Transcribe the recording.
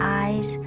eyes